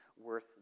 worth